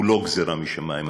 הוא לא גזירה משמים,